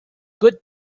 good